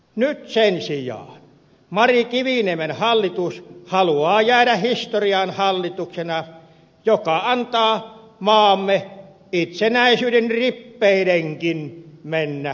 nyt sen sijaan mari kiviniemen hallitus haluaa jäädä historiaan hallituksena joka antaa maamme itsenäisyyden rippeidenkin mennä vapaaehtoisesti